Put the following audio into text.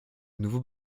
nouveaux